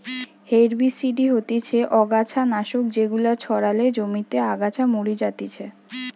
herbicide হতিছে অগাছা নাশক যেগুলা ছড়ালে জমিতে আগাছা মরি যাতিছে